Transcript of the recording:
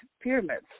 pyramids